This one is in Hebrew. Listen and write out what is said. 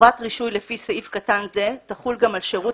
חובת רישוי לפי סעיף קטן זה תחול גם על שירות